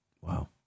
Wow